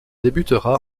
débutera